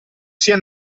sia